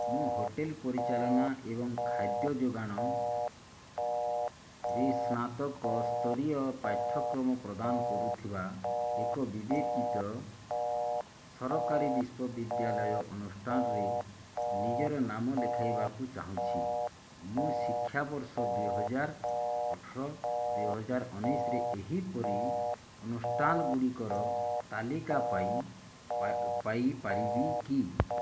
ମୁଁ ହୋଟେଲ୍ ପରିଚାଲନା ଏବଂ ଖାଦ୍ୟ ଯୋଗାଣରେ ସ୍ନାତକସ୍ତରୀୟ ପାଠ୍ୟକ୍ରମ ପ୍ରଦାନ କରୁଥିବା ଏକ ବିବେଚିତ ସରକାରୀ ବିଶ୍ୱ ବିଦ୍ୟାଳୟ ଅନୁଷ୍ଠାନରେ ନିଜର ନାମ ଲେଖାଇବାକୁ ଚାଁହୁଛି ମୁଁ ଶିକ୍ଷା ବର୍ଷ ଦୁଇହଜାର ଅଠର ଦୁଇହଜାର ଉଣେଇଶରେ ଏହିପରି ଅନୁଷ୍ଠାନଗୁଡ଼ିକର ତାଲିକା ପାଇଁ ପା ପାଇ ପାରିବି କି